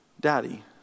Daddy